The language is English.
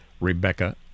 Rebecca